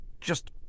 Just